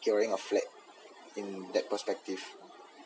securing a flat in that perspective